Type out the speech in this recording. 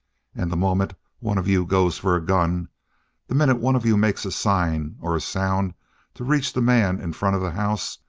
and the moment one of you goes for a gun the minute one of you makes a sign or a sound to reach the man in front of the house,